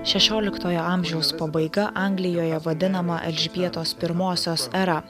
šešioliktojo amžiaus pabaiga anglijoje vadinama elžbietos pirmosios era